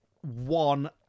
one